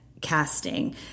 casting